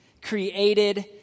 created